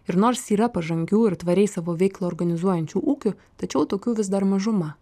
ir nors yra pažangių ir tvariai savo veiklą organizuojančių ūkių tačiau tokių vis dar mažuma